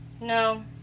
No